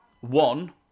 One